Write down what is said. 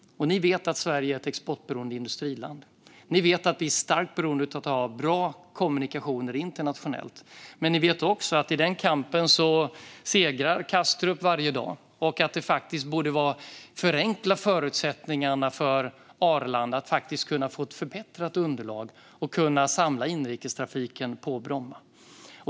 Ni vet att Sverige är ett exportberoende industriland, och ni vet att vi är starkt beroende av bra kommunikationer internationellt. Men ni vet också att i den kampen segrar Kastrup varje dag, och det borde förenkla förutsättningarna för Arlanda att få ett förbättrat underlag och samla inrikestrafiken på Bromma.